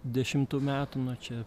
dešimtų metų nu čia